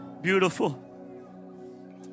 Beautiful